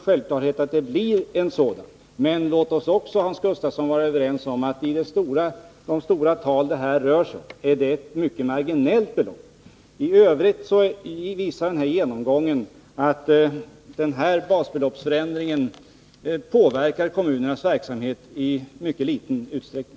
Självfallet blir det en sådan. Men låt oss också, Hans Gustafsson, vara överens om att beloppet, med tanke på de stora tal som det här rör sig om, är mycket marginellt. I övrigt visar den här genomgången att ändringen av basbeloppet påverkar kommunernas verksamhet i mycket liten utsträckning.